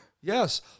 yes